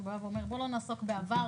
שאומר: בוא לא נעסוק בעבר,